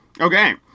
Okay